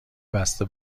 بسته